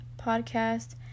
podcast